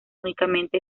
únicamente